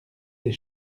des